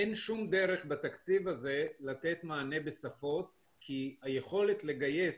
אין שום דרך בתקציב הזה לתת מענה בשפות כי היכולת לגייס